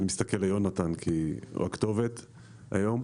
ואני מסתכל על יונתן כי הוא הכתובת היום.